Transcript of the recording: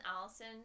allison